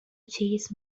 چیز